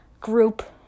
group